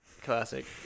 Classic